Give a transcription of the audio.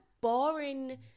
boring